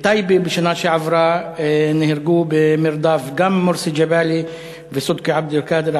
בטייבה נהרגו בשנה שעברה במרדף גם מורסי ג'באלי וסודקי עבד-אלקאדר,